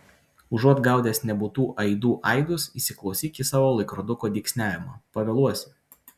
užuot gaudęs nebūtų aidų aidus įsiklausyk į savo laikroduko dygsniavimą pavėluosi